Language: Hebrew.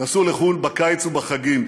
נסעו לחו"ל בקיץ ובחגים.